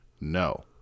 No